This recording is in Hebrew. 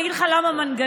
אני אגיד לך למה מנגנון,